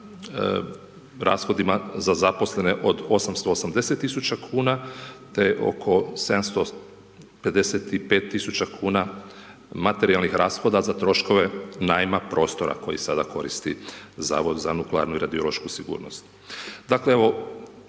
za nuklearnu i radiološku sigurnost.